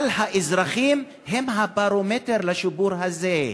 אבל האזרחים הם הברומטר לשיפור הזה.